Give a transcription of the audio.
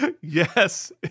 Yes